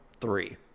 three